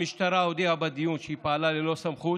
המשטרה הודיעה בדיון שהיא פעלה ללא סמכות.